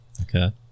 okay